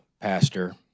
pastor